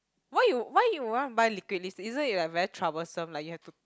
why you why you want to buy liquid lipstick isn't it like very troublesome like you have to